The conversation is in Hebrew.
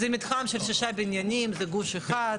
זה מתחם של 6 בניינים, זה גוש אחד.